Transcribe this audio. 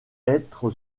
être